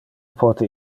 pote